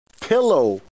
pillow